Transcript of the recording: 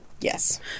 yes